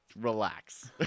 Relax